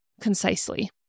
concisely